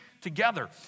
together